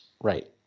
Right